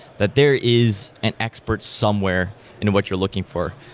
that there is an expert somewhere in what you are looking for,